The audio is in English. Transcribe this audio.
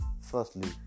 firstly